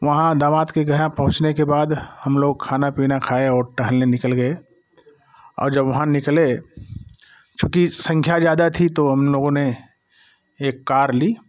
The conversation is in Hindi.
वहाँ दामाद के यहाँ पहुँचने के बाद हम लोग खाना पीना खाए और टहलने निकल गए और जब वहाँ निकले चूँकि संख्या ज्यादा थी तो उन लोगों ने एक कार ली